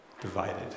divided